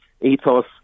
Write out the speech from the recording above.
ethos